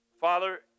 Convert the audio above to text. Father